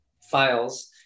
files